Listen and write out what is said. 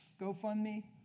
GoFundMe